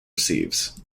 receives